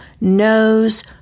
knows